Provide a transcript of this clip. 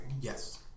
Yes